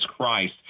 Christ